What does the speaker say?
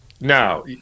Now